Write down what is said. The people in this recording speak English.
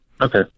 okay